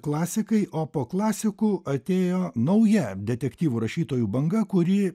klasikai o po klasikų atėjo nauja detektyvų rašytojų banga kuri